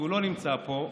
שלא נמצא פה,